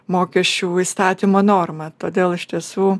mokesčių įstatymo normą todėl iš tiesų